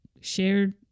shared